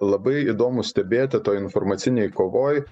labai įdomu stebėti toj informacinėj kovoj